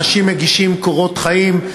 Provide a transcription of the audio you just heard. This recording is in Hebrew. אנשים מגישים קורות חיים,